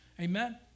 Amen